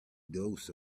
dose